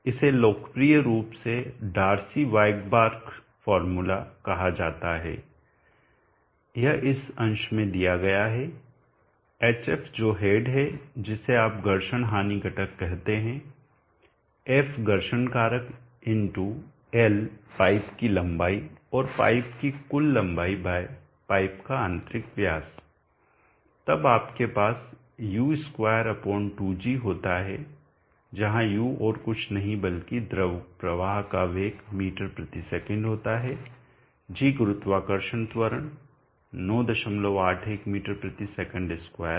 इसे लोकप्रिय रूप से डार्सी वायकबार्र्क फार्मूला कहा जाता है यह इस अंश में दिया गया है hf जो हेड है जिसे आप घर्षण हानि घटक कहते हैं f घर्षण कारक L पाइप की लंबाई और पाइप की कुल लंबाई बाय पाइप का आंतरिक व्यास तब आपके पास u2 2g होता है जहाँ u और कुछ नहीं बल्कि द्रव प्रवाह का वेग ms होता है g गुरुत्वाकर्षण त्वरण 981 ms2 है